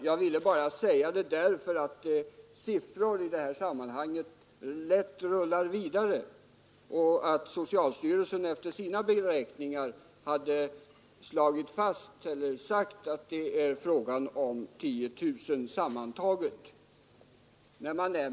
Jag ville bara säga detta därför att siffror i det här sammanhanget lätt rullar vidare, och socialstyrelsen har beräknat att det är fråga om 10 000 sammantaget.